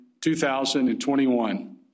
2021